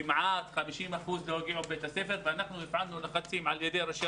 כמעט 50 אחוזים לא הגיעו לבתי הספר ואנחנו הפעלנו לחצים באמצעות ראשי